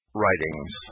writings